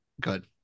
Good